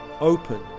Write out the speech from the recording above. open